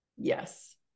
Yes